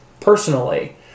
personally